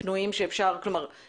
גם באמת על תקנים פנויים שאפשר אנחנו